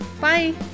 bye